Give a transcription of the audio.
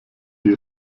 die